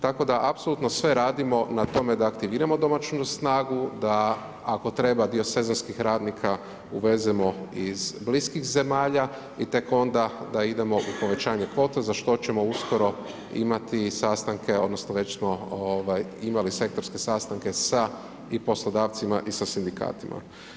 Tako da apsolutno sve radimo na tome da aktiviramo domaću snagu, da ako treba dio sezonskih radnika uvezemo iz bliskih zemalja i tek onda da idemo u povećanje kvote za što ćemo uskoro imati sastanke odnosno već smo imali sektorske sastanke sa i poslodavcima i sa sindikatima.